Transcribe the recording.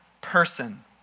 person